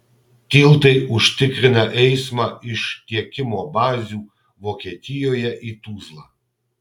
tiltai užtikrina eismą iš tiekimo bazių vokietijoje į tuzlą